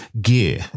gear